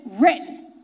written